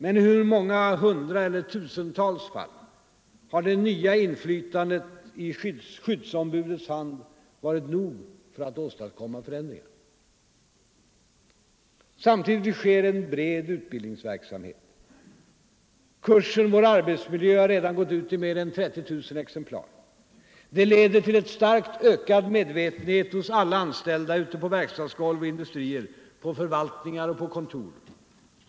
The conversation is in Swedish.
Men i hur många hundraeller tusentals fall har det nya inflytandet i skyddsombudets hand varit nog för att åstadkomma förändringar? Samtidigt sker en bred utbildningsverksamhet. Kursen Vår arbetsmiljö har redan gått ut i mer än 30 000 exemplar. Det leder till en starkt ökad medvetenhet hos alla anställda ute på verkstadsgolv och industrier, på förvaltningar och på kontor.